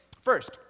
first